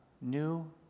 new